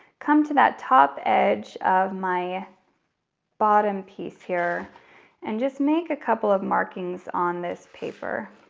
come to that top edge of my bottom piece here and just make a couple of markings on this paper